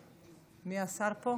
מי השר פה?